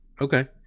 Okay